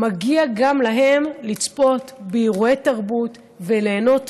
מגיע גם להם לצפות באירועי תרבות וליהנות,